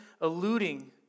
alluding